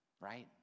right